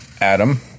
Adam